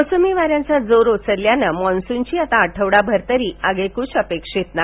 मोसमी वाऱ्यांचा जोर ओसरल्यानं मान्सूनची आता आठवडाभर तरी आगेकूच अपेक्षित नाही